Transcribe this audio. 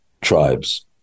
tribes